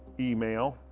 email,